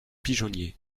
pigeonnier